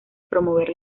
promover